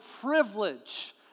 privilege